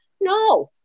No